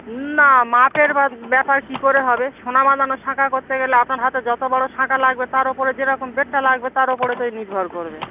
না মাপের বাদ ব্যাপার কী করে হবে সোনা বাঁধানো শাঁখা করতে গেলে আপনার হাতে যতো বড়ো শাঁখা লাগবে তার ওপরে যেরকম বেড়টা লাগবে তার ওপরে তো এই নির্ভর করবে